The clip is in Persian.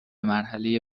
مرحله